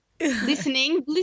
listening